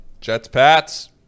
Jets-Pats